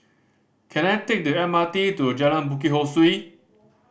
can I take the M R T to Jalan Bukit Ho Swee